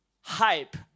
hype